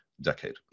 decade